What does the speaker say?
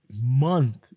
month